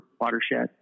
watershed